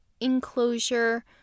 enclosure